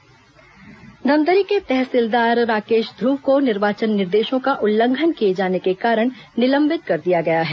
तहसीलदार निलंबित धमतरी के तहसीलदार राकेश ध्र्व को निर्वाचन निर्देशों का उल्लंघन किए जाने के कारण निलंबित कर दिया गया है